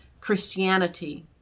Christianity